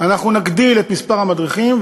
אנחנו נגדיל את מספר המדריכים.